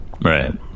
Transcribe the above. right